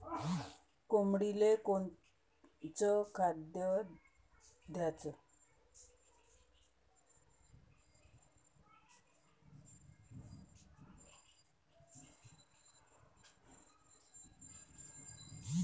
कोंबडीले कोनच खाद्य द्याच?